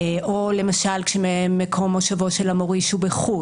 או למשל כשמקום מושבו של המוריש הוא בחו"ל,